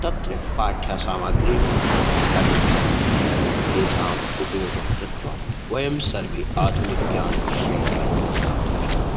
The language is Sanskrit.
तत्र पाठ्यसामग्रीणाम् अधिकता अस्ति येषाम् उपयोगं कृत्वा वयं सर्वे आधुनिकज्ञानविषयकं परिचयं प्राप्तुं शक्यते